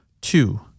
Two